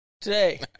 Today